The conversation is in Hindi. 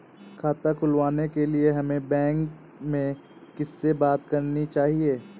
खाता खुलवाने के लिए हमें बैंक में किससे बात करनी चाहिए?